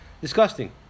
disgusting